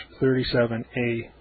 37A